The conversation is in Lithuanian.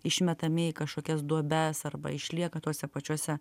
išmetami į kažkokias duobes arba išlieka tose pačiose